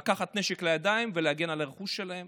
לקחת נשק לידיים ולהגן על הרכוש שלהם.